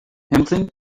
hamilton